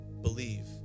believe